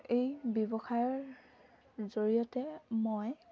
এই ব্যৱসায়ৰ জৰিয়তে মই